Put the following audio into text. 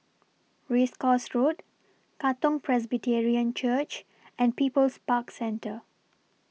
Race Course Road Katong Presbyterian Church and People's Park Centre